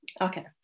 Okay